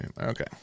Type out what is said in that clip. Okay